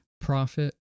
profit